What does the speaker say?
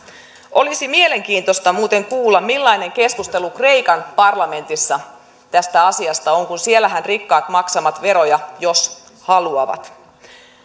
olisi mielenkiintoista muuten kuulla millainen keskustelu kreikan parlamentissa tästä asiasta on kun siellähän rikkaat maksavat veroja jos haluavat